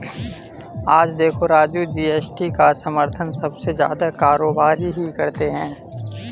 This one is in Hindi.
आज देखो राजू जी.एस.टी का समर्थन सबसे ज्यादा कारोबारी ही करते हैं